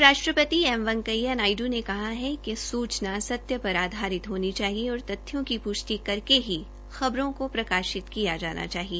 उप राष्ट्रपति एम वैंकेया नायडू ने कहा है कि सूचना सत्य पर आधारित होनी चाहिए और तथ्यों की पुष्टि करने ही सूचना प्रकाशित की जानी चाहिए